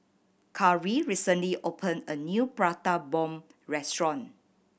Karley recently opened a new Prata Bomb restaurant